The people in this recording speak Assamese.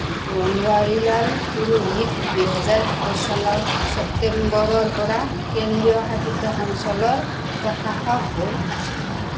বনৱাৰীলাল পুৰোহিত দুহেজাৰ একৈশ চনৰ ছেপ্টেম্বৰৰ পৰা কেন্দ্ৰীয় শাসিত অঞ্চলৰ প্ৰশাসক হৈ আছিল